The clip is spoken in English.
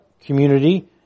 community